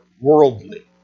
worldly